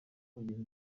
bagenzi